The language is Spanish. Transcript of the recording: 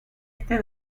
este